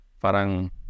Parang